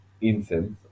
incense